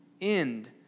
end